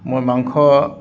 মই মাংস